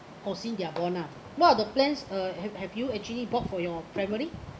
foreseen their bond ah what are the plans uh have have you actually bought for your family